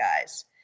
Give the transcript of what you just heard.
guys